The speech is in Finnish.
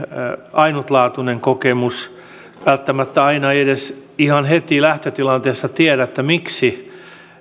ainutlaatuinen kokemus välttämättä aina ei edes ihan heti lähtötilanteessa tiedä miksi